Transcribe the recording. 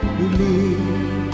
believe